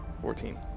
Fourteen